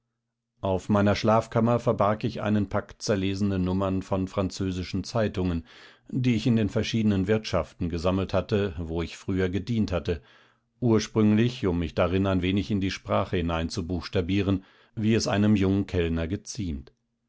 auf meiner schlafkammer verbarg ich einen pack zerlesene nummern von französischen zeitungen die ich in den verschiedenen wirtschaften gesammelt wo ich früher gedient hatte ursprünglich um mich darin ein wenig in die sprache hineinzubuchstabieren wie es einem jungen kellner geziemt